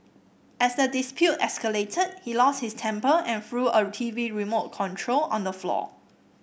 as the dispute escalated he lost his temper and threw a T V remote control on the floor